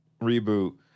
Reboot